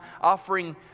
offering